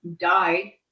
died